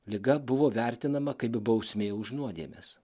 liga buvo vertinama kaip bausmė už nuodėmes